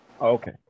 Okay